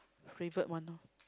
favourite one orh